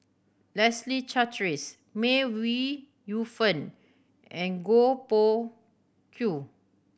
Leslie Charteris May Ooi Yu Fen and Goh Koh Pui